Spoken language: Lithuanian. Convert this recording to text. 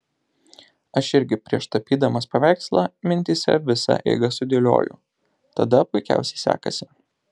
aš irgi prieš tapydamas paveikslą mintyse visą eigą sudėlioju tada puikiausiai sekasi